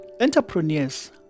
Entrepreneurs